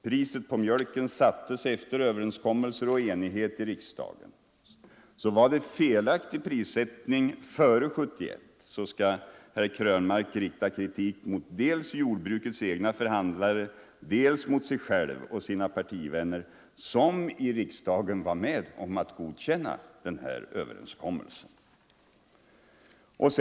Priset på mjölken sattes efter överenskommelser och enighet i riksdagen. Var det felaktig prissättning 1971, skall herr Krönmark rikta kritik dels mot jordbrukets egna förhandlare, dels mot sig själv och sina partivänner som i riksdagen var med om att godkänna denna överenskommelse.